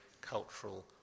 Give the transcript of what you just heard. cultural